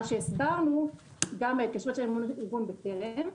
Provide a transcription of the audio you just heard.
מה שהסברנו גם בהתקשרות שלנו מול ארגון בטרם,